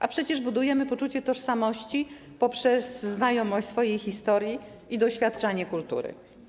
A przecież budujemy poczucie tożsamości poprzez znajomość swojej historii i doświadczanie kultury.